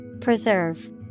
Preserve